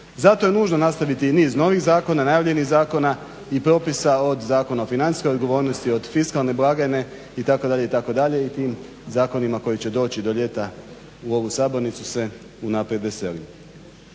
Zato je nužno nastaviti i niz novih zakona, najavljenih zakona i propisa od Zakona o financijskoj odgovornosti, od fiskalne blagajne itd. itd. i tim zakonima koji će doći do ljeta u ovu sabornicu se unaprijed veselim.